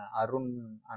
Arun